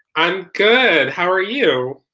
i'm good, how are you?